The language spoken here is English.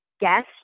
guest